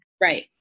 Right